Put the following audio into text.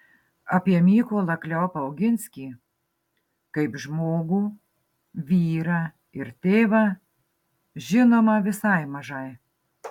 apie mykolą kleopą oginskį kaip žmogų vyrą ir tėvą žinoma visai mažai